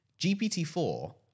GPT-4